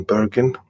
Bergen